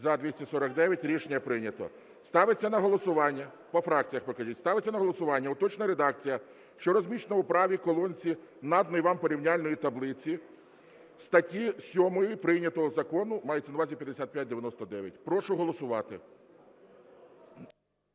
За-249 Рішення прийнято. По фракціях покажіть. Ставиться на голосування уточнена редакція, що розміщена у правій колонці наданої вам порівняльної таблиці статті 7 прийнятого закону, мається на увазі 5599. Прошу голосувати.